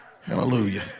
Hallelujah